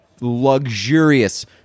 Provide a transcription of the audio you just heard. luxurious